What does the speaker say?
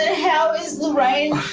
ah how is lorraine